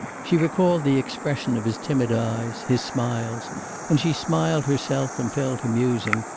she recalled the expression of his timid eyes, his smiles and she smiled herself and fell to musing,